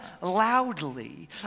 loudly